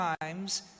times